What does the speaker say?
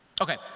okay